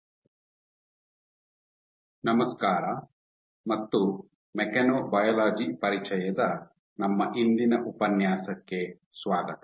mechanobiology ಯಲ್ಲಿನ ತಂತ್ರಗಳು traction force microscopy trypsin deadhesion ಮತ್ತು ಲೇಸರ್ ಅಬ್ಲೇಶನ್ ನಮಸ್ಕಾರ ಮತ್ತು ಮೆಕ್ಯಾನೊಬಯಾಲಜಿ ಪರಿಚಯದ ನಮ್ಮ ಇಂದಿನ ಉಪನ್ಯಾಸಕ್ಕೆ ಸ್ವಾಗತ